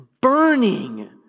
burning